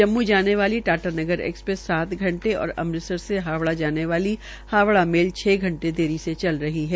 अमृतसर जाने वाली Tatanagar express सात घंटे ओर अमृतसर से हावड़ा जाने वाली मेल छ घंटे देरी से चल रही है